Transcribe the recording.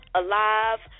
alive